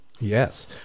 yes